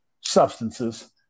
substances